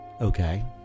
Okay